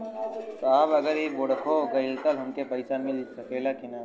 साहब अगर इ बोडखो गईलतऽ हमके पैसा मिल सकेला की ना?